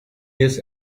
years